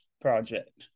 project